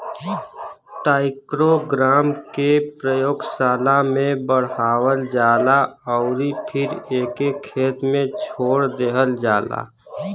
trichogramma के प्रयोगशाला में बढ़ावल जाला अउरी फिर एके खेत में छोड़ देहल जाला